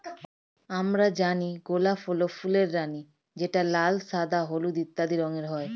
আমরা জানি গোলাপ হল ফুলের রানী যেটা লাল, সাদা, হলুদ ইত্যাদি রঙের হয়